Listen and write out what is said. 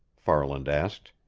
farland asked.